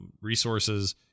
resources